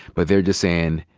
but they're just saying,